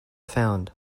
found